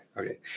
okay